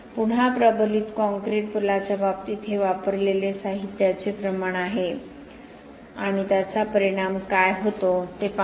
पुन्हा प्रबलित काँक्रीट पुलाच्या बाबतीत हे वापरलेले साहित्याचे प्रमाण आहे आणि त्याचा परिणाम काय होतो ते पाहू